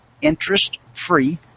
interest-free